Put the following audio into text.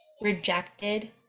rejected